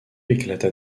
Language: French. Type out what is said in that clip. éclata